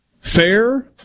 Fair